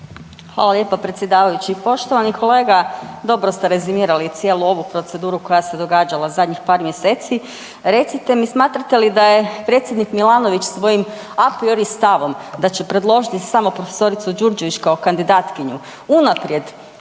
Hvala lijepa predsjedavajući. Poštovani kolega, dobro ste rezimirali cijelu ovu proceduru koja se događala zadnjih par mjeseci. Recite mi, smatrate li da je predsjednik Milanović svojim apriori stavom da će predložiti samo profesoricu Đurđević kao kandidatkinju unaprijed